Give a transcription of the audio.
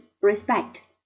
respect